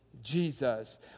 Jesus